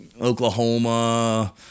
Oklahoma